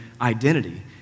identity